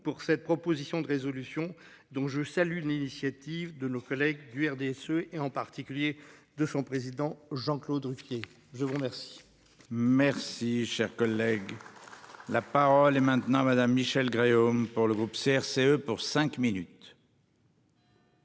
pour cette proposition de résolution dont je salue l'initiative de nos collègues du RDSE et en particulier de son président Jean-Claude Ruquier. Je vous remercie. Merci cher collègue. Là. La parole est maintenant madame Michelle Gréaume pour le groupe CRCE pour cinq minutes.